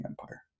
empire